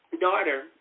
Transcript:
daughter